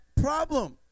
problem